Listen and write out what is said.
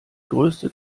größte